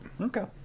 Okay